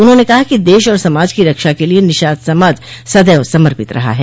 उन्होंने कहा कि देश और समाज की रक्षा के लिए निषाद समाज सदैव समर्पित रहा है